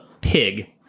Pig